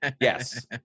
Yes